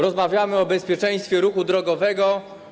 Rozmawiamy o bezpieczeństwie ruchu drogowego.